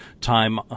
time